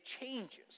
changes